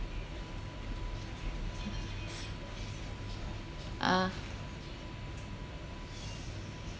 ah